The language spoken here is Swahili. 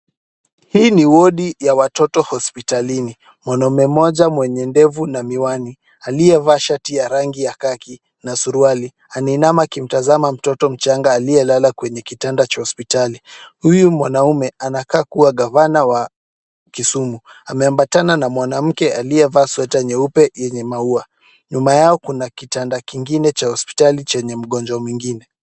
Hii ni wodi ya watoto hospitalini. Mwanamume mmoja mwenye ndevu na miwani aliyevaa shati ya rangi ya kaki na suruali. Anainama akimtazama mtoto mchanga aliye lala kwenye kitanda cha hospitali. Huyu mwanamume anakaa kuwa gavana wa Kisumu. Ameambatana na mwanamke aliyevaa sweta nyeupe yenye maua. Nyuma yao kuna kitanda kingine cha hospitali chenye mgonjwa mwingine.